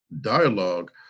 dialogue